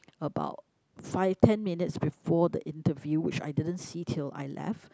about five ten minutes before the interview which I didn't see till I left